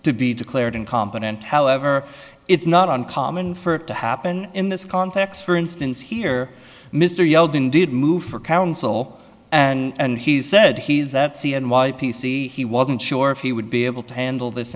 to be declared incompetent however it's not uncommon for it to happen in this context for instance here mr yeldon did move for counsel and he said he's that c n y p c he wasn't sure if he would be able to handle this